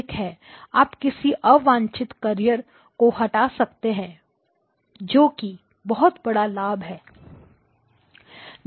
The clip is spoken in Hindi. आप किसी अवांछित कैरियर को हटा सकते हैं जो कि बहुत बड़ा लाभ है